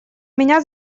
меня